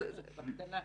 בקטנה.